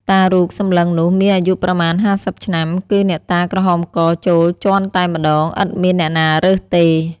តារូបសម្លឹងនោះមានអាយុប្រមាណ ៥០ឆ្នាំ គឺអ្នកតាក្រហមកចូល ជាន់តែម្តង ឥតមានអ្នកណារើសទេ ។